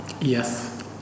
Yes